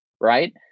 right